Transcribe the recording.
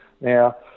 Now